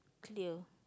clear